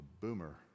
boomer